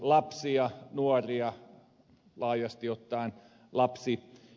lapsia nuoria laajasti ottaen lapsiköyhyyttä